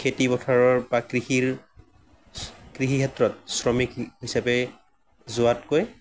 খেতি পথাৰৰ বা কৃষিৰ কৃষিৰ ক্ষেত্ৰত শ্ৰমিক হিচাপে যোৱাতকৈ